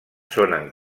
sonen